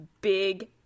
big